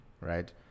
Right